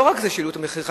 לא רק שהעלו את המחיר ב-50%,